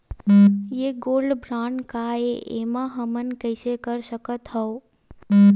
ये gold bond काय ए एमा हमन कइसे कर सकत हव?